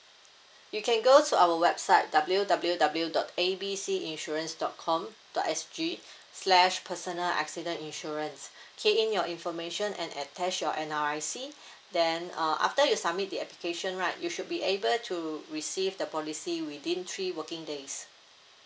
you can go to our website W_W_W dot A B C insurance dot com dot S G slash personal accident insurance key in your information and attach your N_R_I_C then uh after you submit the application right you should be able to receive the policy within three working days